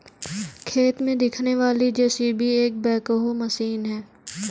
खेत में दिखने वाली जे.सी.बी एक बैकहो मशीन है